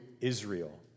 Israel